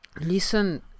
listen